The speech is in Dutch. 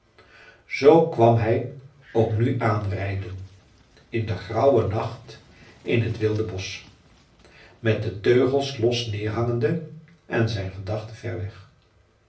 zoo kwam hij ook nu aanrijden in den grauwen nacht in t wilde bosch met de teugels los neerhangende en zijn gedachten ver weg